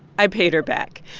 i paid her back.